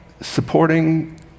supporting